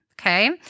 okay